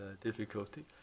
difficulty